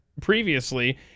previously